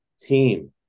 team